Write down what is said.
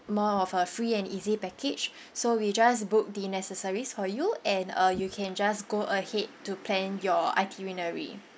more of a free and easy package so we just book the necessaries for you and uh you can just go ahead to plan your itinerary